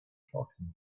talking